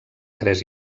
tres